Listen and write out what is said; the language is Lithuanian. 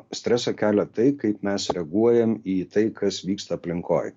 stresą kelia tai kaip mes reaguojam į tai kas vyksta aplinkoj